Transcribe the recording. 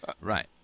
right